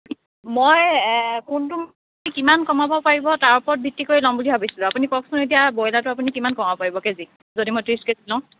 মই এই কোনটো কিমান কমাব পাৰিব তাৰ ওপৰত ভিত্তি কৰি ল'ম বুলি ভাবিছিলোঁ আপুনি কওকচোন এতিয়া বইলাৰটো আপুনি কিমান কমাব পাৰিব কে জি যদি মই ত্ৰিছ কে জি লওঁ